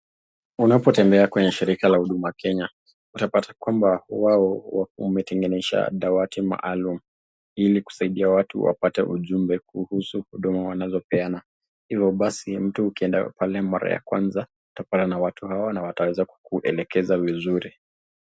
Unapotembea kwenye shirika la huduma Kenya, utapata kwamba wao wametengeneza dawati maalum ili kusaidia watu wapate ujumbe kuhusu huduma wanazopeana. Hivyo basi, mtu ukienda pale mara ya kwanza, utapatana na watu hawa na wataweza kukuelekeza vizuri.